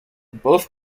both